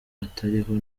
atariho